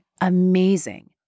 amazing